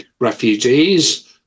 refugees